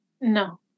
No